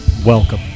Welcome